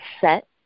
set